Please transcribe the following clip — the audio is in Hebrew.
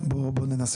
באופן מיידי,